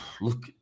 look